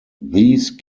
these